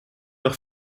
nog